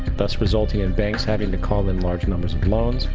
thus resulting in banks having to call in large numbers of loans,